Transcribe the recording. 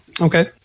Okay